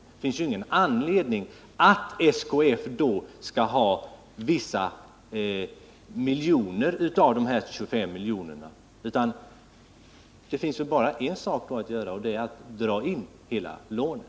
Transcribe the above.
Då finns det ju ingen anledning att SKF skall få behålla vissa av de 25 53 miljonerna, utan då finns det väl bara en sak att göra: att dra in hela lånet.